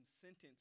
sentence